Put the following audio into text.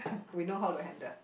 we know how to handle